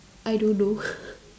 I don't know